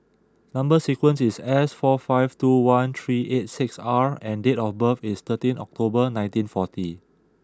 number sequence is S four five two one three eight six R and date of birth is thirteen October nineteen forty